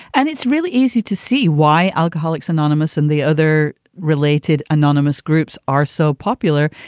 and it's really easy to see why alcoholics anonymous and the other related anonymous groups are so popular,